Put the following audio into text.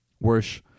worse